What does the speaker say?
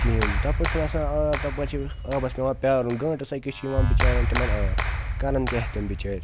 کِہیٖنۍ تَپٲرۍ چھُنہٕ آسان آب تَپٲرۍ چھِ آبَس پٮ۪وان پیارُن گٲنٛٹَس أکِس چھِ یِوان بِچارٮ۪ن تِمَن آب کَرَن کیٛاہ تِم بِچٲرۍ